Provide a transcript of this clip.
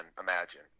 Imagine